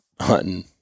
hunting